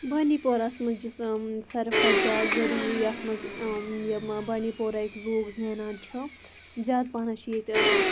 بانٛڈی پورہَس مَنٛز یُس ساروی کھۄتہٕ زیادٕ ذٔریعہِ یتھ مَنٛز یِم بانڈی پوراہٕکۍ لوٗکھ زینان چھِ زیادٕ پَہنَت چھِ ییٚتہِ